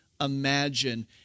imagine